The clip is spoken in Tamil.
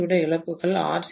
யை விட இழப்புகள் ஆர்